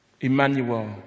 Emmanuel